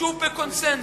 שהוא בקונסנזוס,